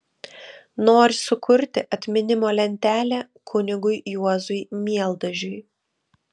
nori sukurti atminimo lentelę kunigui juozui mieldažiui